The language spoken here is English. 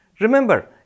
Remember